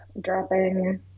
dropping